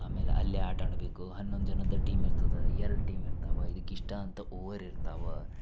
ಆಮೇಲೆ ಅಲ್ಲಿ ಆಟಾಡಬೇಕು ಹನ್ನೊಂದು ಜನದ ಟೀಮ್ ಇರ್ತದೆ ಎರಡು ಟೀಮ್ ಇರ್ತವೆ ಇದಕ್ಕೆ ಇಷ್ಟು ಅಂತ ಒವರ್ ಇರ್ತವೆ